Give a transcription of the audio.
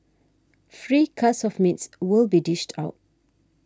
free cuts of meats will be dished out